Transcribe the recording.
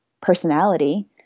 personality